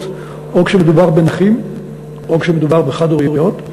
או כשמדובר בנכים או כשמדובר בחד-הוריות.